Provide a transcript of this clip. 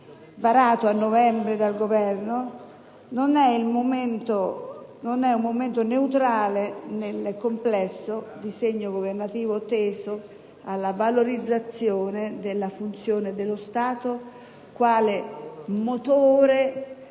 cosiddetto codice delle autonomie varato a novembre dal Governo. Non è un momento neutrale nel complesso disegno governativo teso alla valorizzazione della funzione dello Stato quale motore